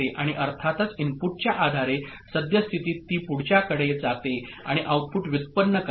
आणि अर्थातच इनपुटच्या आधारे सद्यस्थितीत ती पुढच्याकडे जाते आणि आउटपुट व्युत्पन्न करते